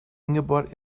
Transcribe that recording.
ingeborg